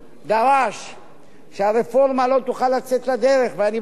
ואני בטוח שגם השר לביטחון פנים מברך היום